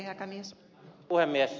arvoisa puhemies